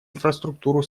инфраструктуру